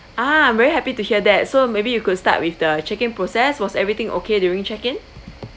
ah I'm very happy to hear that so maybe you could start with the check-in process was everything okay during check-in